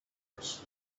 forest